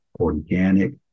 organic